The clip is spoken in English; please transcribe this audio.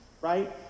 Right